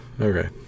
Okay